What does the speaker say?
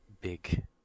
big